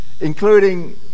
Including